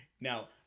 Now